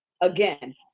Again